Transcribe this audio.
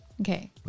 Okay